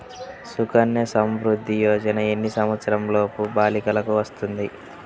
సుకన్య సంవృధ్ది యోజన ఎన్ని సంవత్సరంలోపు బాలికలకు వస్తుంది?